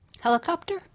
Helicopter